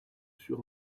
sur